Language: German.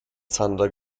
zander